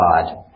God